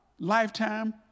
Lifetime